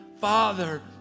Father